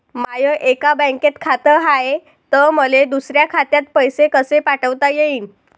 माय एका बँकेत खात हाय, त मले दुसऱ्या खात्यात पैसे कसे पाठवता येईन?